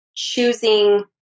choosing